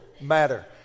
matter